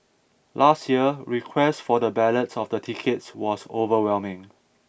last year request for the ballots of the tickets was overwhelming